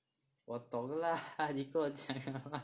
我懂 lah 你跟我讲 liao